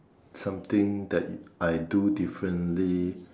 something that I do differently